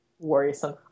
Worrisome